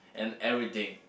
and everything